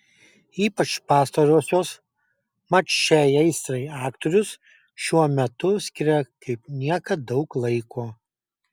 ypač pastarosios mat šiai aistrai aktorius šiuo metu skiria kaip niekad daug laiko